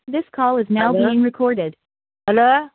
this call is now being recorded hello